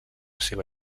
seva